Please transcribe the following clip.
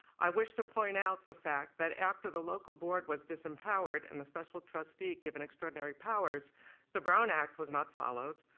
i wish to point out the fact that after the local board was disempowered and the special trustee given extraordinary powers the brown act was not followed.